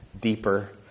deeper